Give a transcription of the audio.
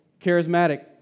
charismatic